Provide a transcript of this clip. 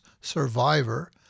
survivor